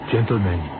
Gentlemen